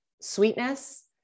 sweetness